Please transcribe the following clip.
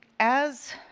as